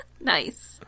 Nice